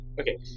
Okay